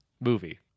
movie